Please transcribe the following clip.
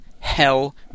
hell